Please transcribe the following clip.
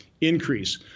increase